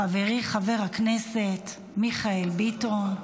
חברי חבר הכנסת מיכאל ביטון.